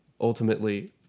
ultimately